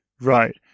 Right